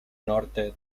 norte